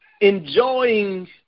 Enjoying